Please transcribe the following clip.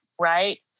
right